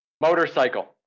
Motorcycle